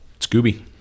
Scooby